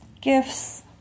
Gifts